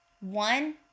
one